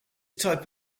type